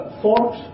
fort